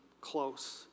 close